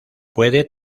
puede